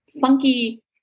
funky